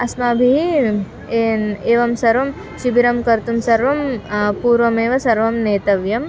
अस्माभिः एन् एवं सर्वं शिबिरं कर्तुं सर्वं पूर्वमेव सर्वं नेतव्यम्